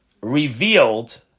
revealed